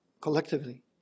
collectively